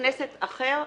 או חבר כנסת אחר מטעמם.